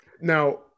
Now